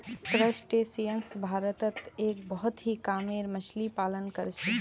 crustaceans भारतत एक बहुत ही कामेर मच्छ्ली पालन कर छे